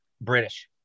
british